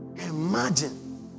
imagine